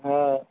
হ্যাঁ